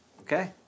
Okay